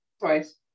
twice